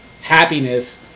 Happiness